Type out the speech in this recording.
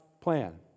plan